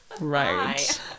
Right